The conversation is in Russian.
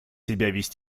вести